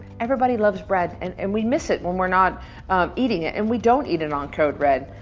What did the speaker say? everybody loves bread and and we miss it when we're not eating it and we don't eat it on code red.